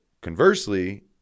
conversely